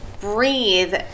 breathe